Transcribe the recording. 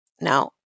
Now